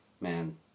Man